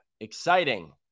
exciting